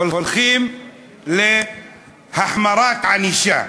הולכים להחמרת ענישה.